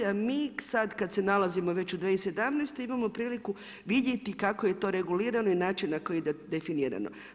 A mi sad kad se nalazimo već u 2017. imamo priliku vidjeti kako je to regulirano i način na koji je definirano.